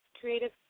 Creative